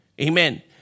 Amen